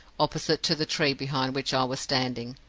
opposite to the tree behind which i was standing.